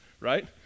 right